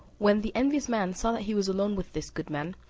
when the envious man saw that he was alone with this good man,